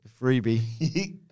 Freebie